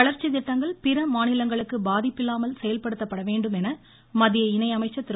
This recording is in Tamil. வளர்ச்சி திட்டங்கள் பிற மாநிலங்களுக்கு பாதிப்பில்லாமல் செயல்படுத்தப்பட வேண்டும் என மத்திய இணை அமைச்சர் திரு